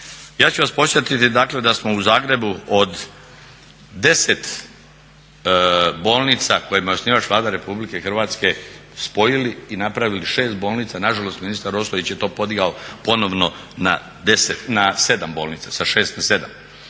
Ja ću vas podsjetiti da smo u Zagrebu od 10 bolnica kojima je osnivač Vlada RH spojili i napravili 6 bolnica, nažalost ministar Ostojić je to podigao ponovno na 7 bolnica sa 6 na 7.